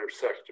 sector